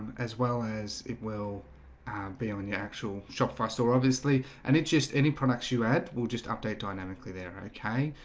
as well as it will be on the actual shopify store, obviously and it's just any products you add will just update dynamically there okay,